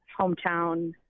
hometown